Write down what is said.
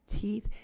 teeth